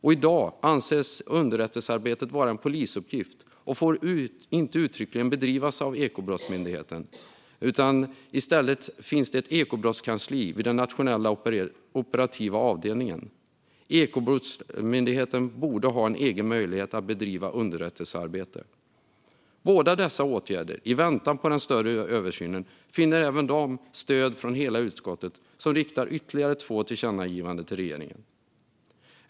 I dag anses underrättelsearbete vara en polisuppgift och får uttryckligen inte bedrivas av Ekobrottsmyndigheten, utan i stället finns ett ekobrottskansli vid Nationella operativa avdelningen. Ekobrottsmyndigheten borde ha en egen möjlighet att bedriva underrättelsearbete. I väntan på den större översynen finner även dessa båda åtgärder stöd från hela utskottet, som riktar ytterligare två tillkännagivanden till regeringen.